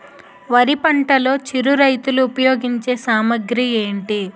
వరి పంటలో చిరు రైతులు ఉపయోగించే సామాగ్రి ఏంటి?